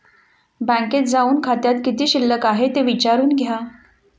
बँकेत जाऊन खात्यात किती शिल्लक आहे ते विचारून घ्या